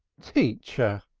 teacher!